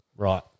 Right